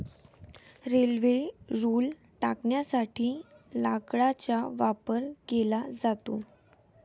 railway रुळ टाकण्यासाठी लाकडाचा वापर केला जातो